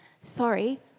Sorry